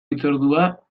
hitzordua